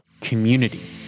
community